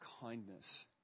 kindness